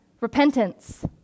Repentance